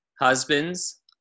Husbands